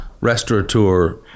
restaurateur